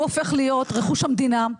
הוא הופך להיות רכוש המדינה,